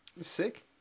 Sick